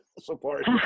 support